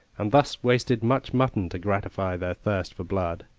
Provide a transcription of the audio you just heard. and thus wasted much mutton to gratify their thirst for blood.